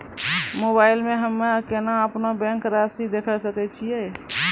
Mobile मे हम्मय केना अपनो बैंक रासि देखय सकय छियै?